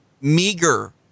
meager